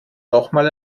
nochmal